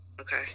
okay